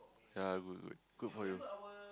ya good good good for you